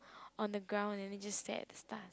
on the ground and then we just stare at the stars